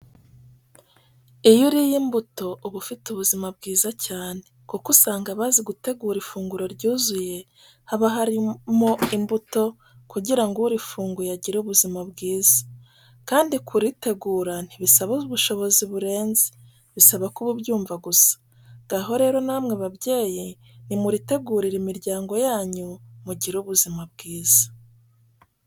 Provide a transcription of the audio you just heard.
Iyo uriye imbuto uba ufite ubuzima bwiza cyane kuko usanga abazi gutegura ifunguro ryuzuye, haba harimo imbuto kugira ngo urifunguye agire ubuzima bwiza kandi kurigira ntibisaba ubushobozi burenze, bisaba kuba ubyumva gusa. Ngaho rero namwe babyeyi nimuritunganyirize imiryango yanyu mugire ubuzima bwiza.